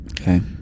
Okay